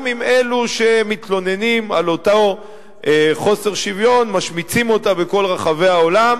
גם אם אלו שמתלוננים על אותו חוסר שוויון משמיצים אותה בכל רחבי העולם,